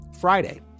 Friday